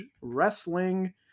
wrestling